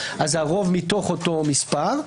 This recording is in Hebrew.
זה הרוב מתוך אותו מספר,